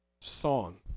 song